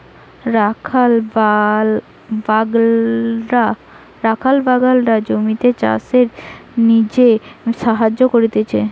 রাখাল বাগলরা জমিতে চাষের জিনে সাহায্য করতিছে